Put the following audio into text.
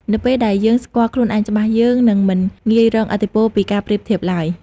នៅពេលដែលយើងស្គាល់ខ្លួនឯងច្បាស់ យើងនឹងមិនងាយរងឥទ្ធិពលពីការប្រៀបធៀបឡើយ។